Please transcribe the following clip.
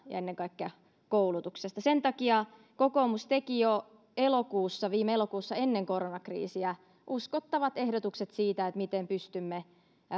ennen kaikkea koulutuksesta sen takia kokoomus teki jo viime elokuussa ennen koronakriisiä uskottavat ehdotukset siitä miten pystymme